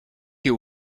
you